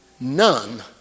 none